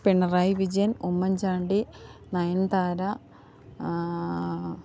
Pinarayi Vijayan Oommen Chandy Nayanthara